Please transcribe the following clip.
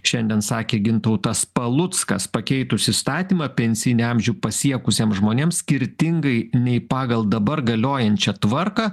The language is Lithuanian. šiandien sakė gintautas paluckas pakeitus įstatymą pensijinį amžių pasiekusiems žmonėms skirtingai nei pagal dabar galiojančią tvarką